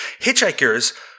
Hitchhikers